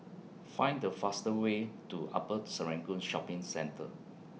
Find The fastest Way to Upper Serangoon Shopping Centre